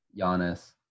Giannis